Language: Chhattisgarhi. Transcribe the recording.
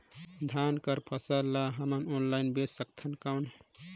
धान कर फसल ल हमन ऑनलाइन बेच सकथन कौन?